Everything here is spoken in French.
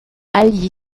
allié